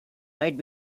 might